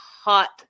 hot